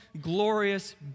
glorious